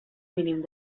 mínim